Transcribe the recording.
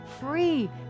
free